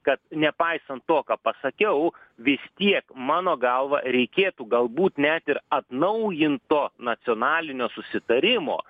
kad nepaisant to ką pasakiau vis tiek mano galva reikėtų galbūt net ir atnaujinto nacionalinio susitarimo